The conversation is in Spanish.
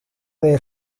del